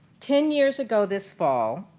ten years ago this fall,